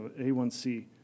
A1C